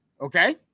okay